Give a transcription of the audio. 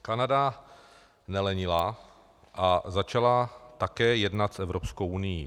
Kanada nelenila a začala také jednat s Evropskou unií.